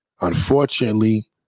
unfortunately